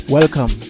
Welcome